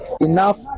enough